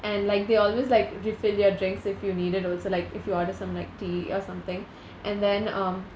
and like they always like refill your drinks if you need it also like if you order some like tea or something and then um